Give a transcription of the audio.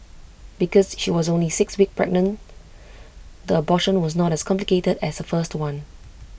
because she was only six weeks pregnant the abortion was not as complicated as her first one